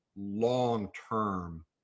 long-term